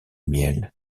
miel